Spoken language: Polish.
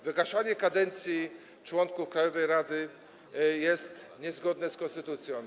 Wygaszanie kadencji członków krajowej rady jest niezgodne z konstytucją.